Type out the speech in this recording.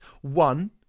One